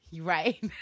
Right